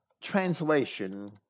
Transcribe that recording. translation